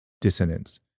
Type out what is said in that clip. dissonance